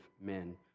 men